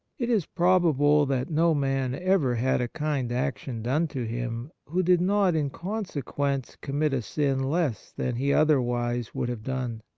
it is probable that no man ever had a kind action done to him who did not in consequence commit a sin less than he otherwise would have done.